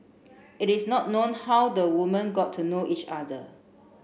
it is not known how the woman got to know each other